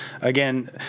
again